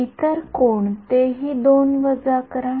इतर कोणतेही २ वजा करा